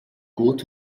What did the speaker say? gut